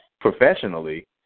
professionally